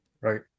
right